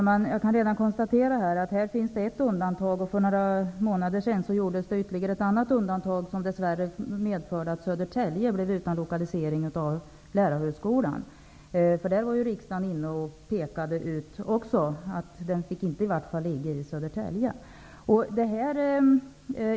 Herr talman! Jag kan konstatera att det finns ett undantag här. För några månader sedan gjordes ytterligare ett undantag som dess värre medförde att Södertälje blev utan Lärarhögskolan. Där var ju riksdagen också inne och pekade ut att den i varje fall inte fick ligga i Södertälje.